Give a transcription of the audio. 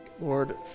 Lord